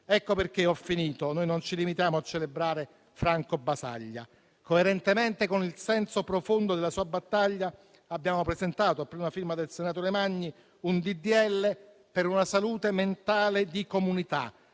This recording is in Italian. Per questo noi non ci limitiamo a celebrare Franco Basaglia e, coerentemente con il senso profondo della sua battaglia, abbiamo presentato, a prima firma del senatore Magni, un disegno di legge per una salute mentale di comunità,